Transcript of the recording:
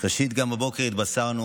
ראשית, גם הבוקר התבשרנו